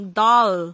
doll